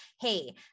hey